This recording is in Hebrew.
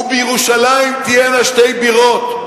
ובירושלים תהיינה שתי בירות,